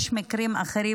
יש מקרים אחרים.